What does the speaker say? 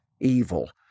evil